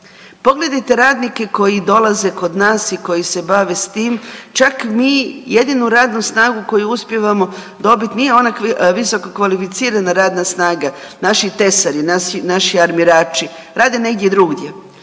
Pogledajte radnike koji dolaze kod nas i koji se bave s tim, čak mi jedinu radnu snagu koju uspijevamo dobit nije ona visokokvalificirana radna snaga, naši tesari i naši armirači rade negdje drugdje.